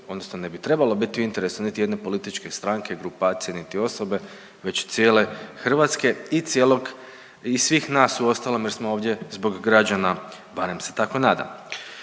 odnosno ne bi trebalo biti u interesu niti jedne političke stranke, grupacije, niti osobe već cijele Hrvatske i cijelog i svih nas uostalom jer smo ovdje zbog građana barem se tako nadam.